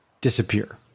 disappear